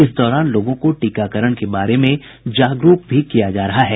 इस दौरान लोगों को टीकाकरण के बारे में जागरूक भी किया जा रहा है